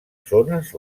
zones